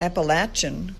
appalachian